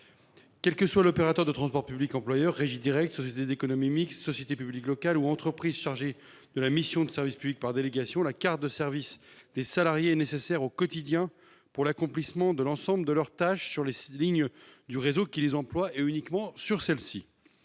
Quel que soit l'opérateur de transport public employeur- régie directe, société d'économie mixte, société publique locale ou entreprise chargée de la mission de service public par délégation -, la carte de service des salariés est nécessaire au quotidien pour l'accomplissement de l'ensemble de leurs tâches sur les lignes du réseau qui les emploie et uniquement sur celles-ci.